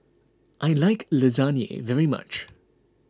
I like Lasagne very much